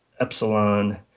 Epsilon